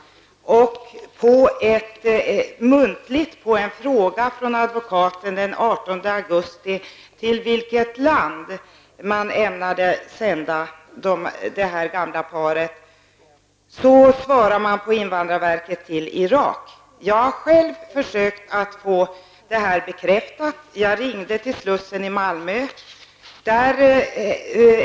På en fråga från advokaten den 18 augusti till vilket land man ämnade sända det gamla paret svarade man på invandrarverket muntligen: ''Till Irak''. Jag har själv försökt få dessa uppgifter bekräftade. Jag ringde till slussen i Malmö.